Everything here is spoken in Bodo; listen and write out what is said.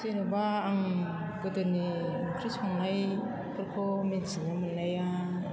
जेनेबा आं गोदोनि ओंख्रि संनायफोरखौ मिथिनो मोननाया